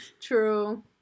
True